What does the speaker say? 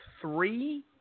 three